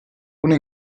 una